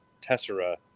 Tessera